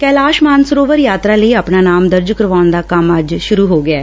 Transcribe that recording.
ਕੈਲਾਸ਼ ਮਾਨਸਰੋਵਰ ਯਾਤਰਾ ਲਈ ਆਪਣਾ ਨਾਮ ਦਰਜ਼ ਕਰਾਉਣ ਦਾ ਕੰਮ ਅੱਜ ਸੁਰੂ ਹੋ ਗਿਐ